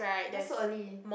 why so early